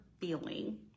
feeling